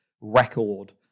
record